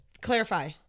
clarify